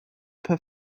per